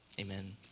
Amen